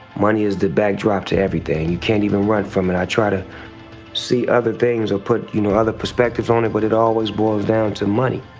money is the backdrop to everything. you can't even run from it i try to see other things or put you know other perspectives on it, but it always boils down to money.